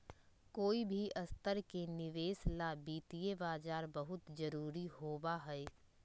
कोई भी तरह के निवेश ला वित्तीय बाजार बहुत जरूरी होबा हई